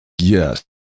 Yes